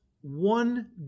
one